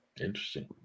Interesting